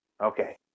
Okay